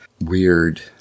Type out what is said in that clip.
weird